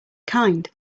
kind